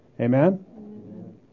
Amen